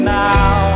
now